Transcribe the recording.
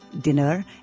dinner